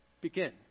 Begin